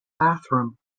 bathroom